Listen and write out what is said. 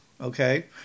okay